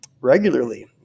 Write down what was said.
regularly